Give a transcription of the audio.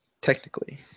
Technically